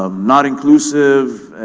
um not inclusive